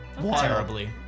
terribly